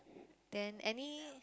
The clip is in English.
then any